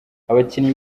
abakinnyi